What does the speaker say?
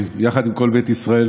יחד עם כל בית ישראל,